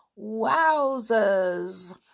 Wowzers